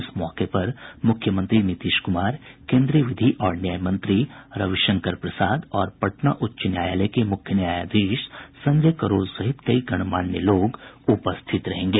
इस मौके पर मुख्यमंत्री नीतीश कुमार केन्द्रीय विधि और न्याय मंत्री रविशंकर प्रसाद और पटना उच्च न्यायालय के मुख्य न्यायाधीश संजय करोल सहित कई गणमान्य लोग उपस्थित रहेंगे